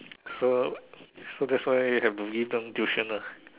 so so that's why have to give them tuition ah